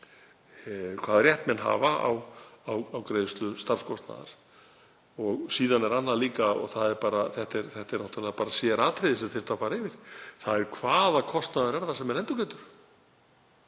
hvaða rétt menn hafa á greiðslu starfskostnaðar. Síðan er annað líka og það er bara sératriði sem þyrfti að fara yfir, þ.e. hvaða kostnaður er það sem er endurgreiddur.